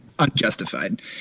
Unjustified